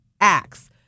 acts